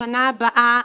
בשנה הבאה,